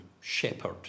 shepherd